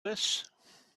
this